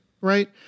right